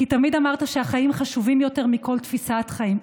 כי תמיד אמרת שהחיים חשובים יותר מכל תפיסת חיים,